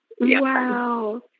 Wow